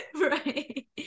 Right